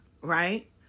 right